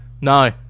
No